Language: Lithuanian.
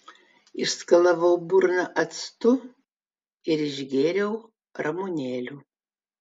išskalavau burną actu ir išgėriau ramunėlių